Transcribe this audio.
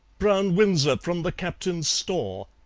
brown windsor from the captain's store,